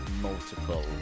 multiple